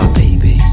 baby